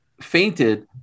fainted